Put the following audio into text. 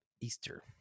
Easter